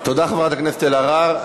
תודה, חברת הכנסת אלהרר.